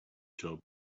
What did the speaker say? job